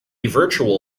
virtual